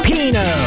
Pino